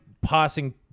passing